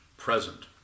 present